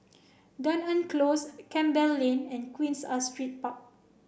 Dunearn Close Campbell Lane and Queen Astrid Park